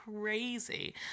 crazy